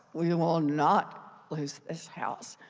we will not lose this house.